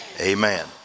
Amen